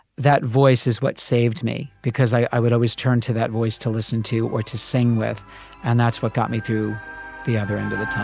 that voice is what saved me because i would always turn to that voice to listen to or to sing with and that's what got me through the other end of the